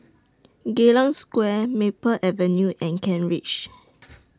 Geylang Square Maple Avenue and Kent Ridge